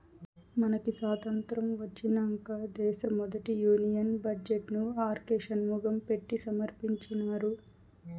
మనకి సాతంత్రం ఒచ్చినంక దేశ మొదటి యూనియన్ బడ్జెట్ ను ఆర్కే షన్మగం పెట్టి సమర్పించినారు